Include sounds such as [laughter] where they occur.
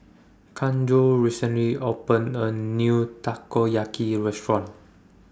[noise] Kazuo recently opened A New Takoyaki Restaurant